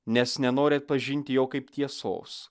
nes nenori atpažinti jo kaip tiesos